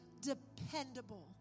dependable